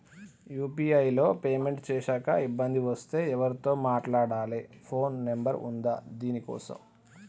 UPI లో payment చేశాక ఇబ్బంది వస్తే ఎవరితో మాట్లాడాలి? ఫోన్ నంబర్ ఉందా దీనికోసం?